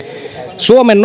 suomen